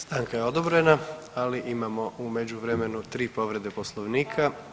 Stanka je odobrena, ali imamo u međuvremenu 3 povrede Poslovnika.